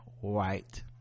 white